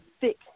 thick